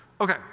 Okay